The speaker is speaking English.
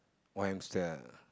one hamster